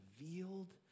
revealed